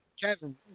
Kevin